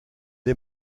est